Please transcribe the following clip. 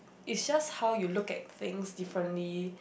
it's just how you look at things differently